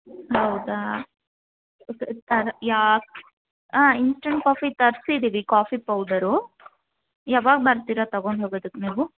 ಹೌದಾ ತ ಯಾಕೆ ಹಾಂ ಇನ್ಸ್ಟಂಟ್ ಕಾಫಿ ತರಿಸಿದ್ದೀವಿ ಕಾಫಿ ಪೌಡರು ಯಾವಾಗ ಬರ್ತೀರ ತಗೊಂಡು ಹೋಗೋದಕ್ಕೆ ನೀವು